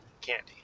candy